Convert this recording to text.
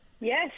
Yes